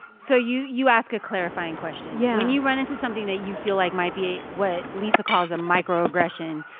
so you you ask a clarifying question yeah when and you run into something that you feel like might be what lisa calls a microaggression,